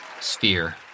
sphere